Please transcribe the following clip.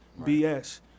BS